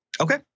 Okay